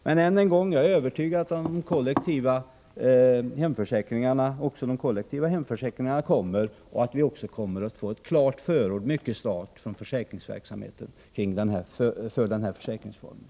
Jag är övertygad om att de kollektiva hemförsäkringarna kommer och att vi mycket snart får ett klart förord från försäkringsvärlden för den här försäkringsformen.